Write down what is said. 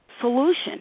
solution